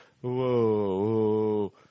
Whoa